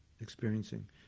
experiencing